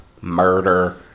murder